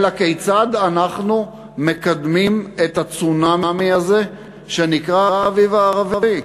אלא כיצד אנחנו מקדמים את הצונאמי הזה שנקרא "האביב הערבי".